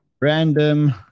random